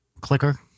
clicker